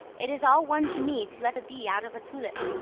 it is all one to me to let a bee out of a tulip,